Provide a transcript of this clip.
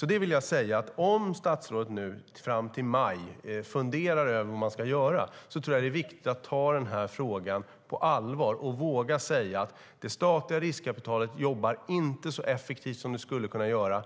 Jag vill säga följande: Om statsrådet nu fram till maj funderar över vad man ska göra tror jag att det är viktigt att ta frågan på allvar och våga säga att det statliga riskkapitalet inte jobbar så effektivt som det skulle kunna göra.